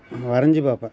வரைஞ்சி பார்ப்பேன்